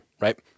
right